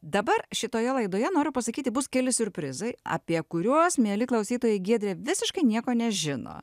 dabar šitoje laidoje noriu pasakyti bus keli siurprizai apie kuriuos mieli klausytojai giedrė visiškai nieko nežino